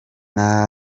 nta